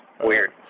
Weird